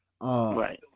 Right